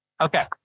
Okay